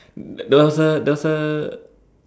there's a there's a